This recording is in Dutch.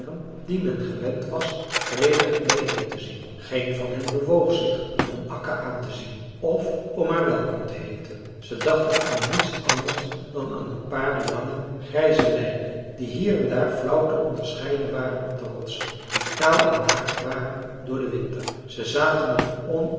die men gewend was vredig bijeen te zien geen van hen bewoog zich om akka aan te zien of om haar welkom te heeten ze dachten aan niets anders dan aan een paar lange grijze lijnen die hier en daar flauw te onderscheiden waren op de rotsen die kaal en naakt waren door den winter ze zaten er